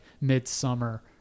midsummer